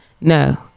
No